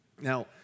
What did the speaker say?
Now